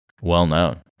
well-known